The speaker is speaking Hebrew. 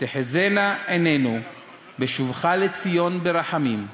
"ותחזינה עינינו בשובך לציון ברחמים,